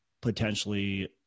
potentially